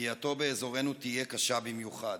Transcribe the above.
שפגיעתו באזורנו תהיה קשה במיוחד.